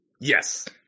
Yes